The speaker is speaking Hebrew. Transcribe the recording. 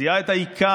זיהה את העיקר,